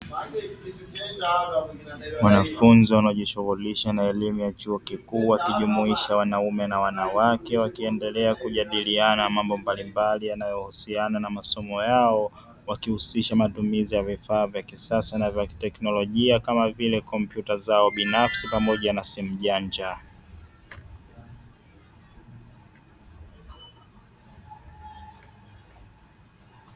Wanafunzi wanaojishughulisha na elimu ya chuo kikuu wakijumuisha wanaume na wanawake; wakiendelea kujadiliana mambo mbalimbali yanayohusiana na masomo yao, wakihusisha matumizi ya vifaa vya kisasa na vya kiteknolojia kama vile kompyuta zao binafsi pamoja na simu janja.